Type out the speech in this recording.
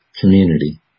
community